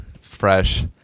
fresh